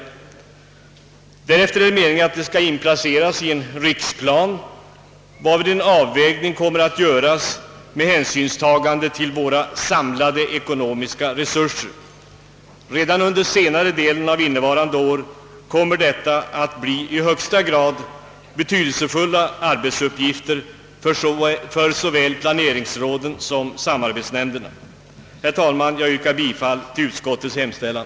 Vidare är det meningen att planerna skall inplaceras i en riksplan, varvid en avvägning kommer att göras, med hänsynstagande till våra samlade ekonomiska resurser. Redan under senare delen av innevarande år kommer detta att bli i högsta grad betydelsefulla arbetsuppgifter för såväl planeringsråden som samarbetsnämnderna. Herr talman! Jag yrkar bifall till utskottets hemställan.